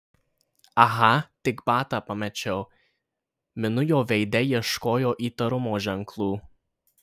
aha tik batą pamečiau minu jo veide ieškojo įtarumo ženklų